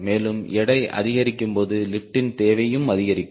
மேலும் எடை அதிகரிக்கும்போது லிப்ட்டின் தேவையும் அதிகமாகும்